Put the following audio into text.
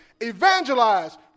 evangelize